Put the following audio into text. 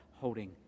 holding